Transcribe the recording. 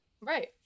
Right